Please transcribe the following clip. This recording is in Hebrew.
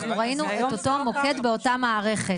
אנחנו ראינו את אותו מוקד באותה מערכת.